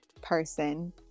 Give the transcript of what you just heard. person